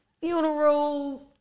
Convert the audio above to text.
funerals